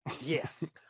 Yes